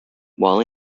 while